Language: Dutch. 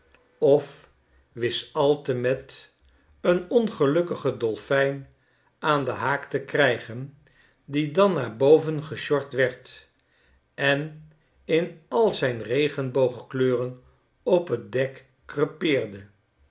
of wist altemet een ongelukkigen dolfijn aan den haak te krijgen die dan naar boven gesjord werd en in al zijn regenboogkleuren op t dek